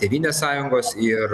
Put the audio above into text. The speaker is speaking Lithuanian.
tėvynės sąjungos ir